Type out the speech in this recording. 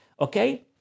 Okay